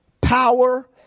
power